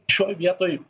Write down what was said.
šioj vietoj